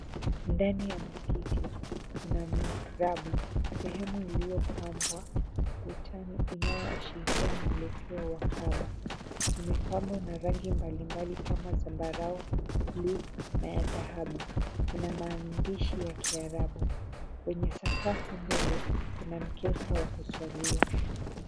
Ndani ya msikiti, kuna mirabu, sehemu iliyopambwa ukutani inayoashiria mwelekeo wa kaba. Imepambwa na rangi mbali mbali kama zambarau, buluu na ya dhahabu. Ina maandishi ya Kiarabu. Kwenye sakafu mbele kuna mkeka wa kuswalia.